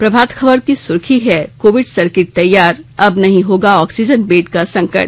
प्रभात खबर की सुर्खी है कोविड सर्किट तैयार अब नहीं होगा ऑक्सीजन बेड का संकट